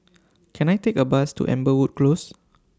Can I Take A Bus to Amberwood Close